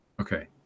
Okay